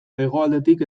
hegoaldetik